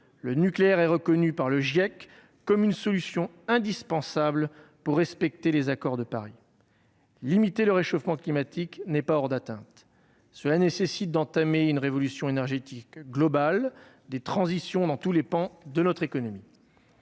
Le nucléaire est reconnu par le GIEC comme une solution indispensable pour respecter les accords de Paris. Limiter le réchauffement climatique n'est pas hors d'atteinte. Cela suppose d'entamer une révolution énergétique globale et de prévoir des transitions dans tous les pans de notre économie.